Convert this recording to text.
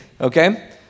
okay